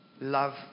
love